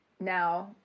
now